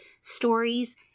stories